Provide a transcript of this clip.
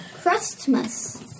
Christmas